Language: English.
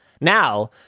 now